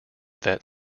that